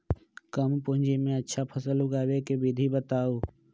कम पूंजी में अच्छा फसल उगाबे के विधि बताउ?